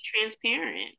transparent